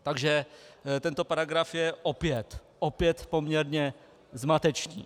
Takže tento paragraf je opět poměrně zmatečný.